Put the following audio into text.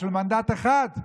בשביל מנדט אחד.